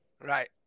right